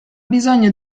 bisogno